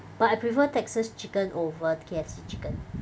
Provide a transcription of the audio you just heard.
but I prefer Texas chicken over K_F_C chicken